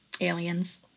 aliens